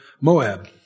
Moab